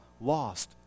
lost